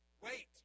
Wait